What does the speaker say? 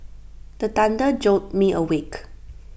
the thunder jolt me awake